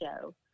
show